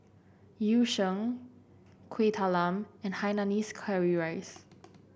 Yu Sheng Kuih Talam and Hainanese Curry Rice